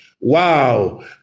Wow